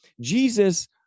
Jesus